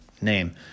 name